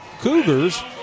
Cougars